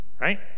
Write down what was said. right